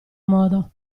modo